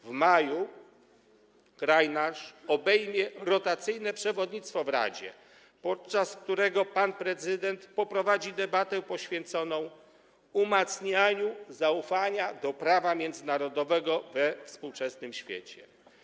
W maju kraj nasz obejmie rotacyjne przewodnictwo w Radzie, podczas którego pan prezydent poprowadzi debatę poświęconą umacnianiu zaufania do prawa międzynarodowego we współczesnym świecie.